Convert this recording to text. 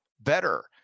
better